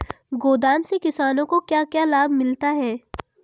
गोदाम से किसानों को क्या क्या लाभ मिलता है?